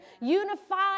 unified